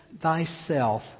thyself